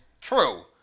true